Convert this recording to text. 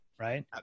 right